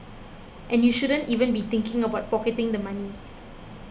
and you shouldn't even be thinking about pocketing the money